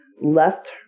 left